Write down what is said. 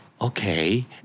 Okay